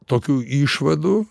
tokių išvadų